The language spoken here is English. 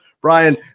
brian